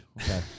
Okay